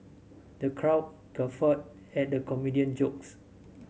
the crowd guffawed at the comedian jokes